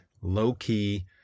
low-key